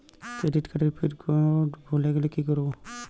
Credit কার্ডের pin code ভুলে গেলে কি করব?